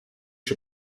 się